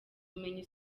ubumenyi